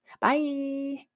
Bye